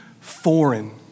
foreign